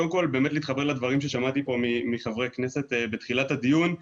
קודם כל באמת להתחבר לדברים ששמעתי פה מחברי הכנסת בתחילת הדיון.